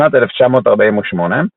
בשנת 1948,